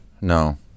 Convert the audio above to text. no